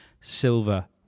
Silver